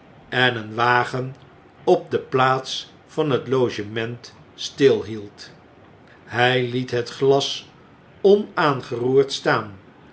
en een wagen op de plaats van het logement stilhield hij liet het glas onaangeroerd staan